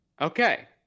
Okay